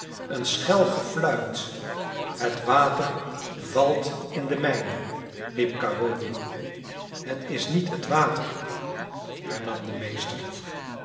een schel gefluit het water valt in de mijn riep carrory het is niet het water hernam de meester